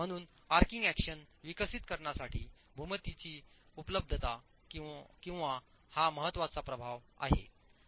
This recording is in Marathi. म्हणून आर्चिंग अॅक्शन विकसित करण्यासाठी भूमितीची उपलब्धता किंवा अन्यथा हा महत्त्वाचा प्रभाव आहे